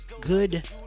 good